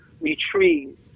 retrieve